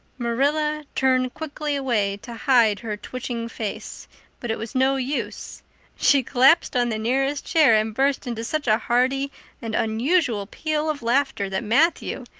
marilla turned quickly away to hide her twitching face but it was no use she collapsed on the nearest chair and burst into such a hearty and unusual peal of laughter that matthew,